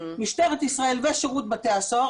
משטרת ישראל ושירות בתי הסוהר,